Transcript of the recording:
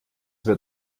wird